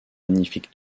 magnifique